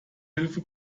hilfe